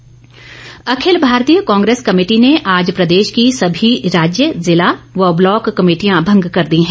कांग्रेस अखिल भारतीय कांग्रेस कमेटी ने आज प्रदेश की सभी राज्य जिला व ब्लॉक कमेटियां भंग कर दी हैं